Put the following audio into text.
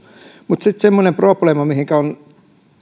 mutta sitten semmoinen probleema mihinkä olen